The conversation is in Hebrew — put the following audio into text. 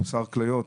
מוסר כליות.